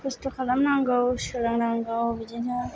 खस्त' खालामनांगौ सोलोंनांगौ बिदिनो